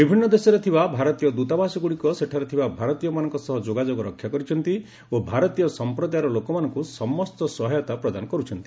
ବିଭିନ୍ନ ଦେଶରେ ଥିବା ଭାରତୀୟ ଦ୍ୱତାବାସଗୁଡ଼ିକ ସେଠାରେ ଥିବା ଭାରତୀୟମାନଙ୍କ ସହ ଯୋଗାଯୋଗ ରକ୍ଷା କରିଛନ୍ତି ଓ ଭାରତୀୟ ସଂପ୍ରଦାୟର ଲୋକମାନଙ୍କୁ ସମସ୍ତ ସହାୟତା ପ୍ରଦାନ କରୁଛନ୍ତି